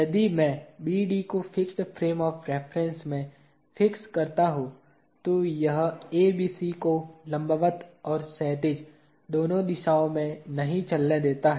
यदि मैं BD को फिक्स्ड फ्रेम ऑफ़ रेफरेन्स में फिक्स करता हूं तो यह ABC को लंबवत और क्षैतिज दोनों दिशाओं में नहीं चलने देता है